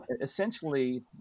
Essentially